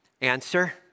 Answer